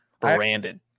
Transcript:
branded